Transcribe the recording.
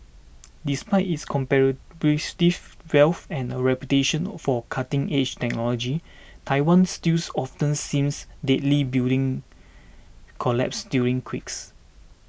despite its comparative wealth and a reputation or for cutting edge technology Taiwan stills often sees delete building collapses during quakes